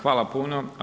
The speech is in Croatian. Hvala puno.